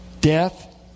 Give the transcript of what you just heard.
Death